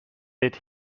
did